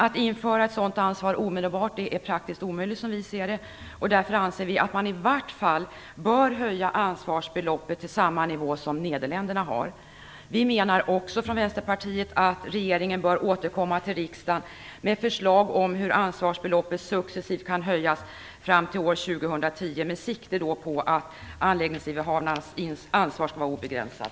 Att införa ett sådant ansvar omedelbart är som vi ser det praktiskt omöjligt. Därför anser vi att man i vart fall bör höja ansvarsbeloppet till samma nivå som i Nederländerna. Vi från Vänsterpartiet menar också att regeringen bör återkomma till riksdagen med förslag om hur ansvarsbeloppet successivt kan höjas fram till år 2010 med sikte på att anläggningshavarnas ansvar skall vara obegränsat.